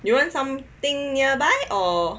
you want something nearby or